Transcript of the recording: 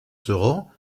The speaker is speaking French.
seront